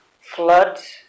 floods